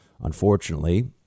unfortunately